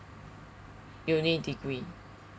uni degree